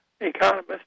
economist